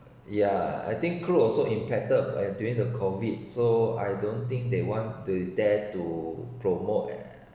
yeah I think cruise also impacted by during the COVID so I don't think they want they dare to promote at